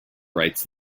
writes